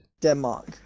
Denmark